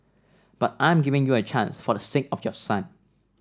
but I'm giving you a chance for the sake of your son